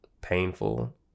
painful